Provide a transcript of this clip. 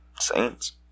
Saints